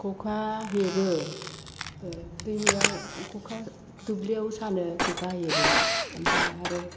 खखा हेबो दैमायाव खखा दुब्लियाव सानो खखा हेबो ओमफ्राय आरो